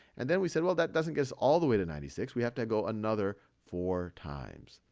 and then we said, well, that doesn't get us all the way to ninety six. we have to go another four times.